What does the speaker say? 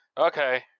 Okay